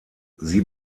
sie